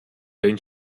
then